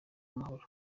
amahoro